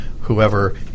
whoever